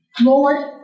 Lord